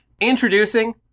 Introducing